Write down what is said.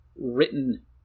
written